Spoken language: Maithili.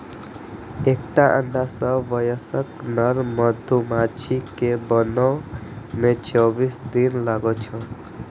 एकटा अंडा सं वयस्क नर मधुमाछी कें बनै मे चौबीस दिन लागै छै